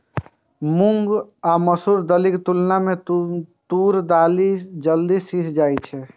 मूंग आ मसूर दालिक तुलना मे तूर दालि जल्दी सीझ जाइ छै